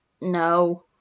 no